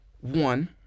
one